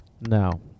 No